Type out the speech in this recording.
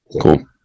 cool